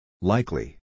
Likely